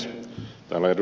täällä ed